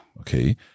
Okay